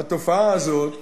התופעה הזאת,